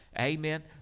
amen